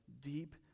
deep